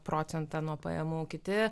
procentą nuo pajamų kiti